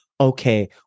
okay